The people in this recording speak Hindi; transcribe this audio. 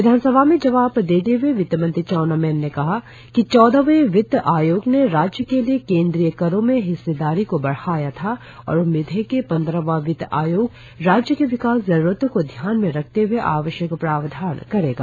विधानसभा में जवाब देते हए वित्तमंत्री चाउना मैन ने कहा कि चौदहवें वित्त आयोग ने राज्य के लिए केंद्रीय करों में हिस्सेदारी को बढ़ाया था और उम्मीद है कि पंद्रहवां वित्त आयोग राज्य की विकास जरुरतों को ध्यान में रखते हए आवश्यक प्रावधान करेगा